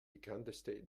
bekannteste